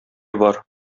бар